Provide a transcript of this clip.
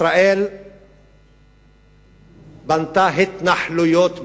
ישראל בנתה התנחלויות בירושלים.